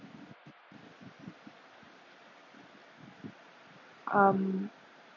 um